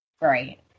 Right